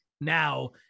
now